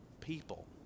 people